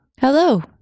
Hello